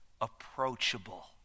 approachable